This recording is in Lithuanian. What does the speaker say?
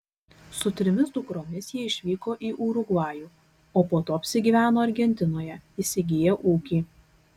su trimis dukromis jie išvyko į urugvajų o po to apsigyveno argentinoje įsigiję ūkį